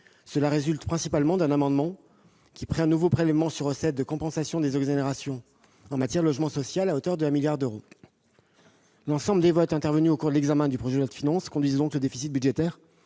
résulte principalement d'un amendement qui crée un nouveau prélèvement sur recettes de compensation des exonérations en matière de logement social à hauteur de 1 milliard d'euros. L'ensemble des votes intervenus au cours de l'examen du projet de loi de finances au Sénat conduisent donc le déficit budgétaire